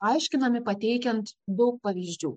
aiškinami pateikiant daug pavyzdžių